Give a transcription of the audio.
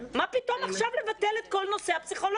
מה פתאום עכשיו לבטל את כל הפסיכולוגים?